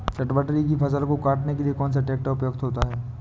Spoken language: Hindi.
चटवटरी की फसल को काटने के लिए कौन सा ट्रैक्टर उपयुक्त होता है?